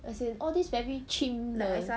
as in all these very chim 的